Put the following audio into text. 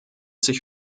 sich